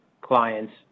clients